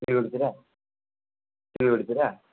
सिलगढीतिर सिलगढीतिर